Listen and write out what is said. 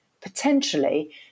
potentially